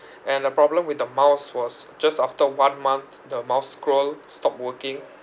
and the problem with the mouse was just after one month the mouse scroll stopped working